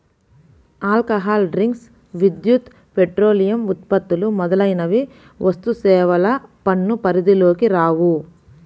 alcohol drinks, విద్యుత్, petroleum ఉత్పత్తులు మొదలైనవి వస్తుసేవల పన్ను పరిధిలోకి రావు